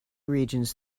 regions